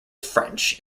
french